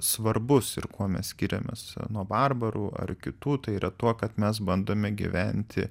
svarbus ir kuo mes skiriamės nuo barbarų ar kitų tai yra tuo kad mes bandome gyventi